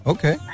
Okay